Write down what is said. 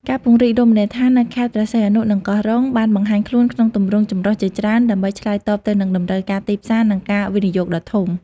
ការពង្រីករមណីយដ្ឋាននៅខេត្តព្រេះសីហនុ និងកោះរ៉ុង បានបង្ហាញខ្លួនក្នុងទម្រង់ចម្រុះជាច្រើន ដើម្បីឆ្លើយតបទៅនឹងតម្រូវការទីផ្សារ និងការវិនិយោគដ៏ធំ។